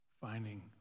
finding